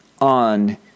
on